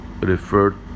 referred